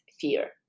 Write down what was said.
fear